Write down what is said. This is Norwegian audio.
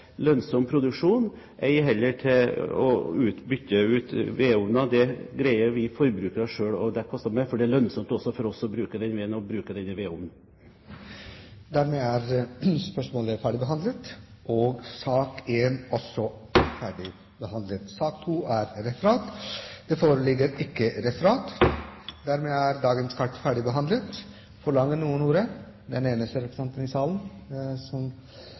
lønnsom produksjon, ei heller til å bytte ut vedovner. Det greier vi forbrukere selv, og det passer bra, for det er lønnsomt også for oss å bruke den veden og å bruke denne vedovnen. Sak nr. 1 er dermed ferdigbehandlet. Det foreligger ikke noe referat. Dermed er dagens kart ferdigbehandlet. Forlanger noen ordet